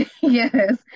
yes